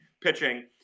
pitching